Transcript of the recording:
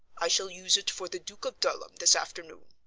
i shall use it for the duke of dulham this afternoon.